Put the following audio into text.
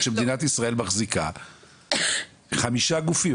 שמדינת ישראל מחזיקה חמישה גופים.